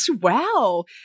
Wow